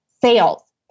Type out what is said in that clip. sales